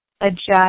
adjust